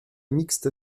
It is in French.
mixte